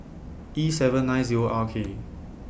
E seven nine Zero R K